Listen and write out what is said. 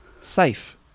safe